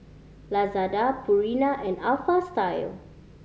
Lazada Purina and Alpha Style